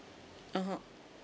(uh huh)